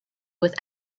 with